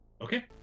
Okay